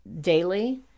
daily